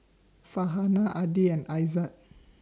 Farhanah Adi and Aizat